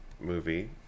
movie